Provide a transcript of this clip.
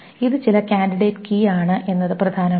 ഇത് ചില candidate key ആണ് എന്നത് പ്രധാനമാണ്